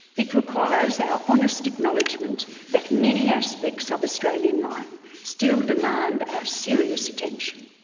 it requires our honest acknowledgement that many aspects of australian life still demand our serious attention.